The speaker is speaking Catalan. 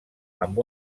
amb